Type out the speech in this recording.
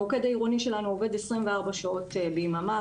המוקד העירוני שלנו עובד 24 שעות ביממה,